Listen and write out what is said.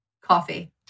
Coffee